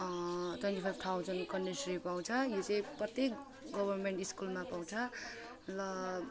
twenty five thousand Kanyashree पाउँछ यो चाहिँ प्रत्येक गभर्मेन्ट स्कुलमा पाउँछ ल